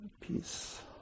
Peace